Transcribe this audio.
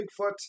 Bigfoot